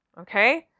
Okay